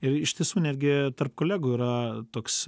iš tiesų netgi tarp kolegų yra toks